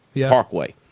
Parkway